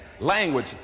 language